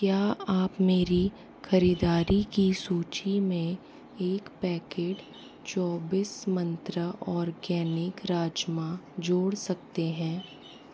क्या आप मेरी ख़रीदारी की सूची में एक पैकेट चौबीस मंत्रा ऑर्गेनिक राजमा जोड़ सकते हैं